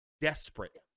desperate